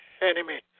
enemy